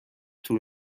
طول